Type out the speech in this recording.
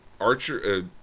Archer